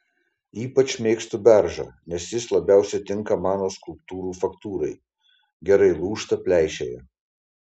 ypač mėgstu beržą nes jis labiausiai tinka mano skulptūrų faktūrai gerai lūžta pleišėja